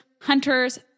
hunters